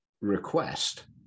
request